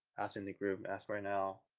ask in the group, ask right now,